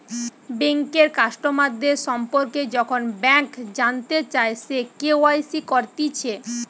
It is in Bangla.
বেঙ্কের কাস্টমারদের সম্পর্কে যখন ব্যাংক জানতে চায়, সে কে.ওয়াই.সি করতিছে